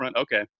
Okay